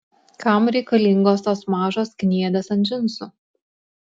kam reikalingos tos mažos kniedės ant džinsų